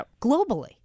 globally